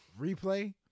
Replay